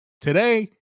today